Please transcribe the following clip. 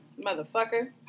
motherfucker